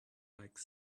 like